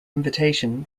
invitation